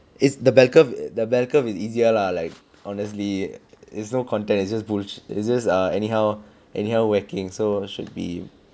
it's the bell curve the bell curve is easier lah like honestly is no contest it's just bullshit it's just err anyhow anyhow whacking so should be